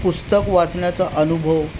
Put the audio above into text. पुस्तक वाचण्याचा अनुभव